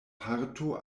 parto